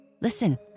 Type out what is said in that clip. listen